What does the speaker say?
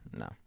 No